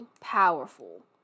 powerful